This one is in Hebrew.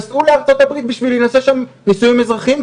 נסעו לארצות הברית בשביל להינשא שם נישואים אזרחיים,